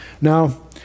Now